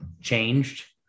changed